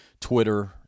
Twitter